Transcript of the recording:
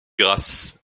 grâce